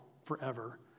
forever